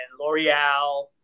L'Oreal